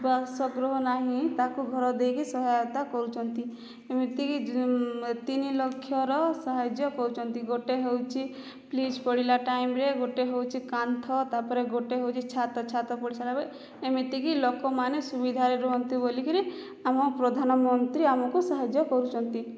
ବାସଗୃହ ନାହିଁ ତାକୁ ଘର ଦେଇକି ସହାୟତା କରୁଛନ୍ତି ଏମିତି କି ତିନି ଲକ୍ଷର ସାହାଯ୍ୟ କରୁଛନ୍ତି ଗୋଟେ ହେଉଛି ପ୍ଳିଜ ପଡ଼ିଲା ଟାଇମରେ ଗୋଟେ ହେଉଛି କାନ୍ଥ ତାପରେ ଗୋଟେ ହେଉଛି ଛାତ ଛାତ ପଡ଼ି ସାରିଲା ପରେ ଏମିତି କି ଲୋକମାନେ ସୁବିଧାରେ ରୁହନ୍ତି ବୋଲିକିରି ଆମ ପ୍ରଧାନମନ୍ତ୍ରୀ ଆମକୁ ସାହାଯ୍ୟ କରୁଛନ୍ତି